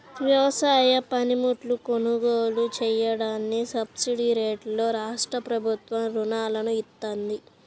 వ్యవసాయ పనిముట్లు కొనుగోలు చెయ్యడానికి సబ్సిడీరేట్లలో రాష్ట్రప్రభుత్వం రుణాలను ఇత్తంది